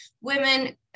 Women